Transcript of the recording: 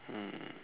mm